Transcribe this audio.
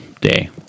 day